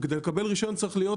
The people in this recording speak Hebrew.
וכדי לקבל רישיון צריך להיות